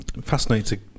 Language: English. fascinating